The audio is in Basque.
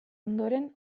ondoren